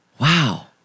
Wow